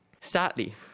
Sadly